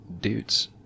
Dudes